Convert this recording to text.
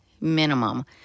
minimum